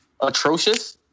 atrocious